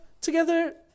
together